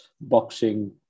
boxing